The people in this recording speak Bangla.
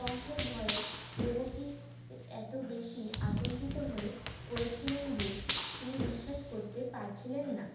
কংসের ভয়ে দেবকী এত বেশি আতঙ্কিত হয়ে পড়েছিলেন যে তিনি বিশ্বাস করতে পারছিলেন না